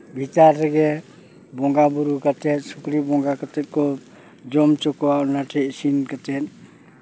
ᱵᱷᱤᱛᱟᱨ ᱨᱮᱜᱮ ᱵᱚᱸᱜᱟᱼᱵᱳᱨᱳ ᱠᱟᱛᱮ ᱥᱩᱠᱨᱤ ᱵᱚᱸᱜᱟ ᱠᱟᱛᱮ ᱠᱚ ᱡᱚᱢ ᱦᱚᱪᱚ ᱠᱚᱣᱟ ᱚᱱᱟᱛᱮ ᱤᱥᱤᱱ ᱠᱟᱛᱮ